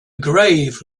grave